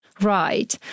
Right